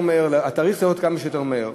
שהמועד צריך להיות כמה שיותר קרוב,